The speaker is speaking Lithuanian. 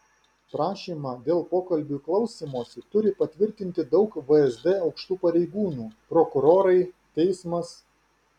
prašymą dėl pokalbių klausymosi turi patvirtinti daug vsd aukštų pareigūnų prokurorai teismas